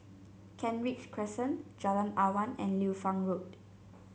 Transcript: Kent Ridge Crescent Jalan Awan and Liu Fang Road